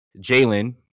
Jalen